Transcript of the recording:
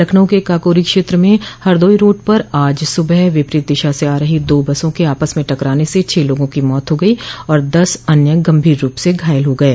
लखनऊ के काकोरी क्षेत्र में हरदोई रोड पर आज सुबह विपरीत दिशा से आ रही दो बसों के आपस में टकराने से छह लोगों की मौत हो गई और दस अन्य गंभीर रूप से घायल हो गये